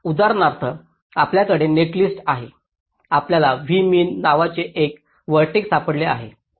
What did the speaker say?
उदाहरणार्थ आपल्याकडे नेटलिस्ट आहे आपल्याला V min नावाचे एक व्हर्टेक्स सापडले आहे